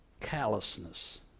Callousness